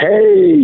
Hey